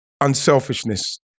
unselfishness